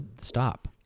stop